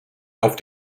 auf